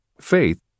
Faith